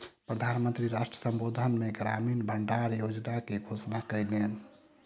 प्रधान मंत्री राष्ट्र संबोधन मे ग्रामीण भण्डार योजना के घोषणा कयलैन